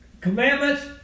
commandments